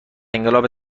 انقلاب